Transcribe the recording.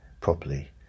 Properly